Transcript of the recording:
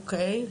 אוקי.